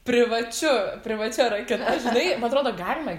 privačiu privačia raketa a žinai man atrodo galima